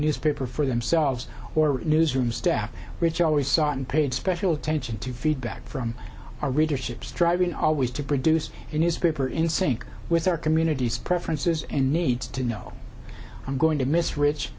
newspaper for themselves or newsroom staff which always sought and paid special attention to feedback from our readership striving always to produce a newspaper in sync with our communities preferences and needs to know i'm going to miss rich